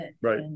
right